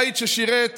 בית ששירת